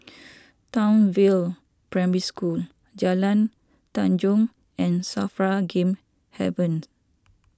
Townsville Primary School Jalan Tanjong and Safra Game Haven